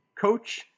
coach